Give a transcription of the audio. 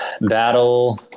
Battle